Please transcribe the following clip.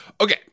Okay